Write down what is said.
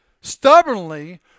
Stubbornly